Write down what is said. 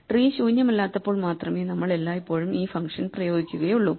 tree ശൂന്യമല്ലാത്തപ്പോൾ മാത്രമേ നമ്മൾ എല്ലായ്പ്പോഴും ഈ ഫങ്ഷൻ പ്രയോഗിക്കുകയുള്ളൂ